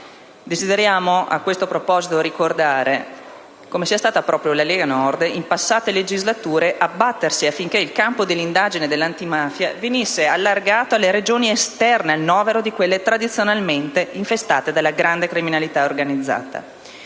Desideriamo a questo proposito ricordare che è stata proprio la Lega Nord, in passate legislature, a battersi affinché il campo dell'indagine dell'Antimafia venisse allargato alle Regioni esterne al novero di quelle tradizionalmente infestate dalla grande criminalità organizzata,